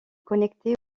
connecté